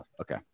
Okay